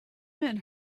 men